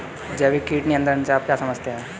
जैविक कीट नियंत्रण से आप क्या समझते हैं?